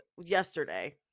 Yesterday